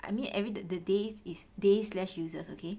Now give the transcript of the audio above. I mean every the the days is days slash uses okay